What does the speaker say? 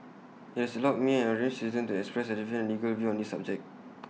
IT has allowed me an ordinary citizen to express A different legal view on this subject